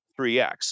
3X